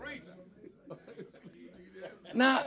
right now